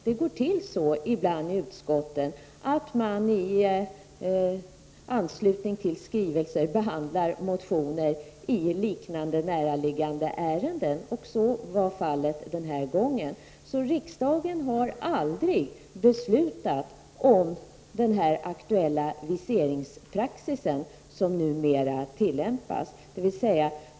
Det går ibland till så i utskotten att man i anslutning till skrivelser behandlar motioner i näraliggande ärenden, och så var fallet den här gången. Riksdagen har alltså aldrig beslutat om den aktuella viseringspraxis som numera tillämpas.